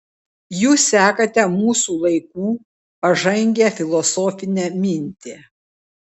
jūs sekate mūsų laikų pažangią filosofinę mintį